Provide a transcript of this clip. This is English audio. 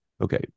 Okay